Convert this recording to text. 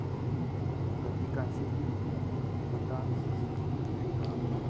Vatican city Bhutan ꯔꯤꯒꯥ